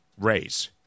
raise